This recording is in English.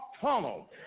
tunnel